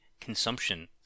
consumption